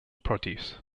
produce